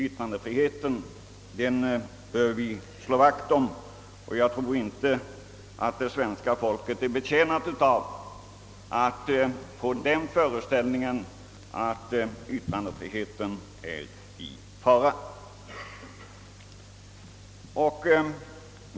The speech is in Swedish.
Yttrandefriheten bör vi tvärtom slå vakt om, och jag tror inte att det svenska folket är betjänt av att få den föreställningen att den är i fara. Herr talman!